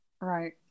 Right